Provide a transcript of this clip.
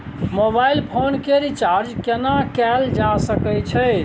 Mobile phone के recharge केना कैल जा सकै छै?